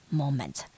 moment